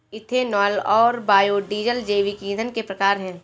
ethanol और biodiesel जैविक ईंधन के प्रकार है